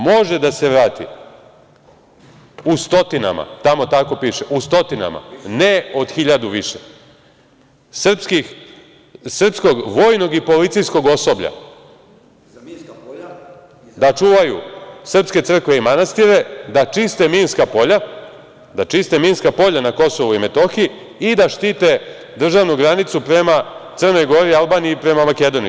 Može da se vrati u stotinama, tamo tako piše, u stotinama, ne u hiljadu više, srpskog vojnog i policijskog osoblja da čuvaju srpske crkve i manastire, da čiste minska polja na KiM i da štite državnu granicu prema Crnoj Gori, Albaniji i Makedoniji.